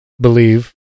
believe